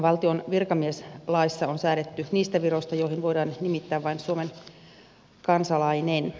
valtion virkamiesmieslaissa on säädetty niistä viroista joihin voidaan nimittää vain suomen kansalainen